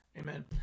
Amen